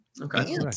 Okay